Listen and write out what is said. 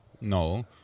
No